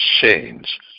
change